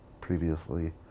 previously